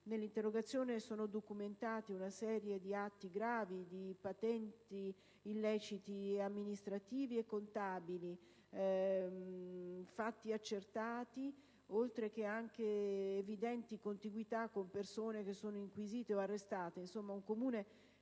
Nell'interrogazione è documentata una serie di atti gravi, di patenti illeciti amministrativi e contabili, fatti accertati, oltre che di evidenti contiguità con persone inquisite o arrestate. Un Comune